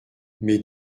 mais